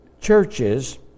churches